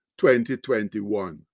2021